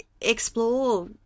explore